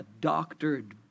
doctored